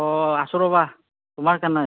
অ আছোঁ ৰ'বা তোমাৰ কেনে